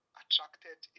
attracted